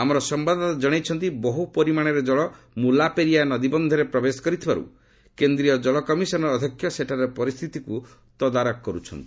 ଆମର ସମ୍ଭାଦଦାତା ଜଣାଇଛନ୍ତି ବହୁ ପରିମାଣରେ କଳ ମୁଲାପେରିଆ ନଦୀବନ୍ଧରେ ପ୍ରବେଶ କରିଥିବାରୁ କେନ୍ଦ୍ରୀୟ ଜଳ କମିଶନ୍ର ଅଧ୍ୟକ୍ଷ ସେଠାରେ ପରିସ୍ଥିତିକୁ ତଦାରଖ କରୁଛନ୍ତି